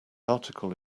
article